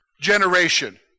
generation